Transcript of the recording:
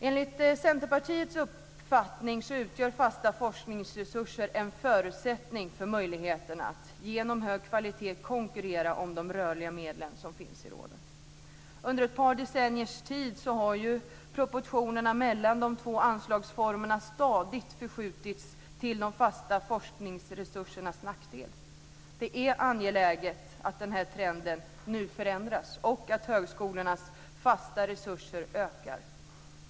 Enligt Centerpartiets uppfattning utgör fasta forskningsresurser en förutsättning för möjligheterna att genom hög kvalitet konkurrera om de rörliga medel som finns i råden. Under ett par decenniers tid har proportionerna mellan de två anslagsformerna stadigt förskjutits till de fasta forskningsresursernas nackdel. Det är angeläget att den här trenden nu förändras och att högskolornas fasta resurser ökar.